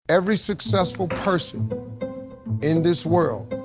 every successful person in this world